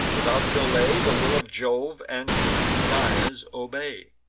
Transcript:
without delay, the will of jove, and his desires obey.